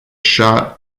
shot